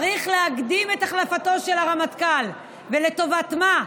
צריך להקדים את החלפתו של הרמטכ"ל, ולטובת מה?